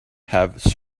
have